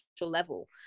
level